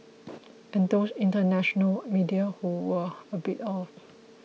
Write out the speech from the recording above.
and those international media who were a bit off